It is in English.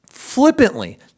Flippantly